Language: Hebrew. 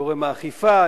גורם האכיפה,